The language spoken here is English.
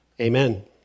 Amen